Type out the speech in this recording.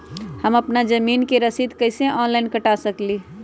हम अपना जमीन के रसीद कईसे ऑनलाइन कटा सकिले?